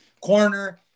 Corner